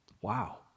Wow